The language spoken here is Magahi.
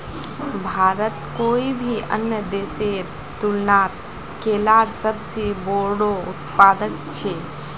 भारत कोई भी अन्य देशेर तुलनात केलार सबसे बोड़ो उत्पादक छे